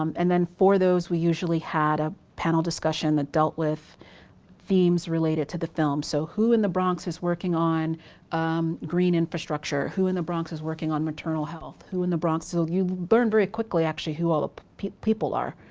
um and then for those we usually had a panel discussion that dealt with themes related to the film. so who in the bronx is working on green infrastructure? who in the bronx is working on maternal health? who in the bronx, well so you learn very quickly actually, who all the people are,